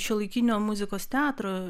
šiuolaikinio muzikos teatro